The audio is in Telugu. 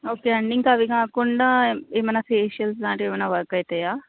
ఓకే అండి ఇంకా అవి కాకుండా ఏమైనా ఫెషియల్స్ లాంటివి ఏమైనా వర్క్ అవుతాయా